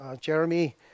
Jeremy